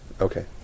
Okay